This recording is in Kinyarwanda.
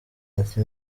ati